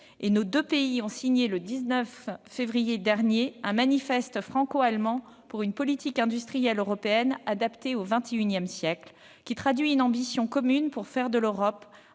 nos deux pays ont signé un manifeste franco-allemand pour une politique industrielle européenne adaptée au XXI siècle. Ce texte traduit une ambition commune pour faire de l'Europe